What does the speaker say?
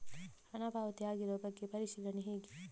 ಹಣ ಪಾವತಿ ಆಗಿರುವ ಬಗ್ಗೆ ಪರಿಶೀಲನೆ ಹೇಗೆ?